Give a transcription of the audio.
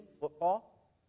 football